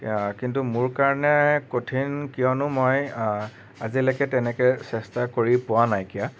কিন্তু মোৰ কাৰণে কঠিন কিয়নো মই আজিলৈকে তেনেকৈ চেষ্টা কৰি পোৱা নাইকিয়া